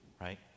right